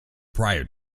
prior